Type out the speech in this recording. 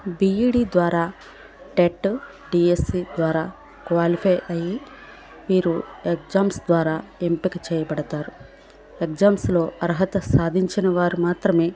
B Ed ద్వారా TET DSC ద్వారా qualify అయ్యి మీరు ఎగ్జామ్స్ ద్వారా ఎంపిక చేయబడతారు ఎగ్జామ్స్లో అర్హత సాధించిన వారు మాత్రమే